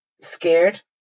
scared